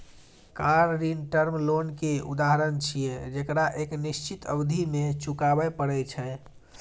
car ऋण term loan के उदाहरण छियै, जेकरा एक निश्चित अवधि मे चुकबै पड़ै छै